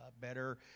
better